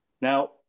Now